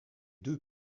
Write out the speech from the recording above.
deux